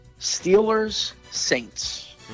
Steelers-Saints